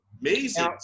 amazing